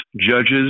judges